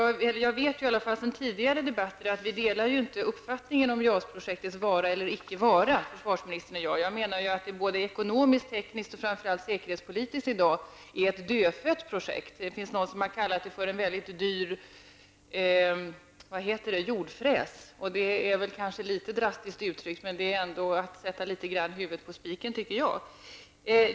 Jag vet sedan tidigare debatter att försvarsministern och jag inte delar uppfattningen om JAS-projektets vara eller icke vara. Jag menar att det både ekonomiskt, tekniskt och framför allt säkerhetspolitiskt i dag är ett dödfött projekt. Det finns någon som har kallat det för en väldigt dyr jordfräs. Det kanske är litet drastiskt uttryckt, men det är ändå litet grand att slå huvudet på spiken, tycker jag.